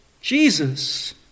Jesus